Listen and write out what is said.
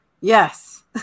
Yes